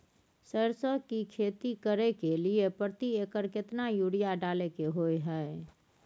सरसो की खेती करे के लिये प्रति एकर केतना यूरिया डालय के होय हय?